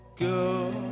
girl